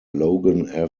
logan